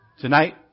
Tonight